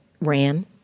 ran